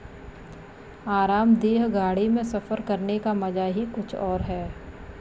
आरामदेह गाड़ी में सफर करने का मजा ही कुछ और है